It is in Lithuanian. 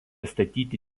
statyti